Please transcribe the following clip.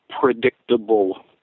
predictable